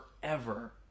forever